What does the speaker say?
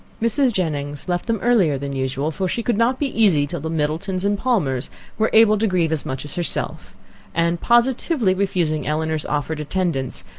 mrs. jennings left them earlier than usual for she could not be easy till the middletons and palmers were able to grieve as much as herself and positively refusing elinor's offered attendance,